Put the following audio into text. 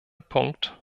punkt